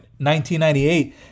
1998